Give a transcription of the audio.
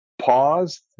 pause